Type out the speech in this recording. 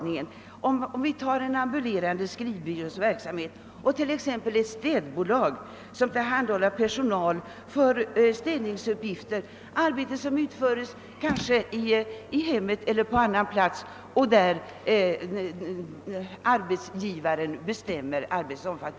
Man kan t.ex. jämföra en ambulerande skrivbyrås verksamhet med den som bedrivs av t.ex. ett städbolag, som tillhandahåller personal för städningsuppgifter, vilka utförs i hemmet eller på annan plats och vilkas omfattning bestäms av arbetsgivaren.